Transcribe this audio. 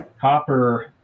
copper